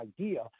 idea